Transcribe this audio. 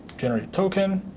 generate token,